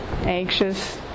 anxious